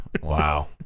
Wow